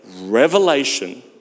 revelation